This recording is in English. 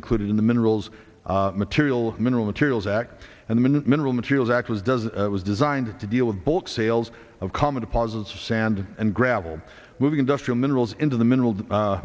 included in the minerals material mineral materials act and the minute mineral materials act was does was designed to deal with book sales of common deposits of sand and gravel moving industrial minerals into the mineral